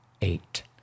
eight